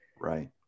Right